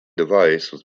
device